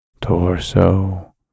torso